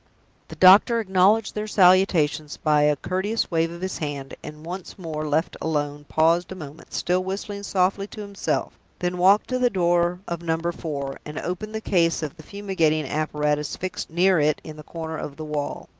the doctor acknowledged their salutations by a courteous wave of his hand and, once more left alone, paused a moment, still whistling softly to himself, then walked to the door of number four, and opened the case of the fumigating apparatus fixed near it in the corner of the wall.